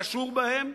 קשור בהם,